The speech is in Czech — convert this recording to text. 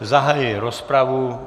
Zahajuji rozpravu.